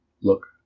look